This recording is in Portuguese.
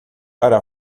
para